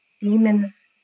demons